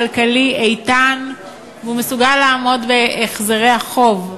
כשמצבו הכלכלי איתן והוא מסוגל לעמוד בהחזרי החוב.